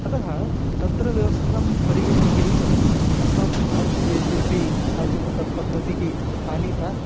अतः तत्र व्यवस्थां परिगणय्यैव अस्माकं भारतदेशेपि काचित् तत्पद्धतिः आनीता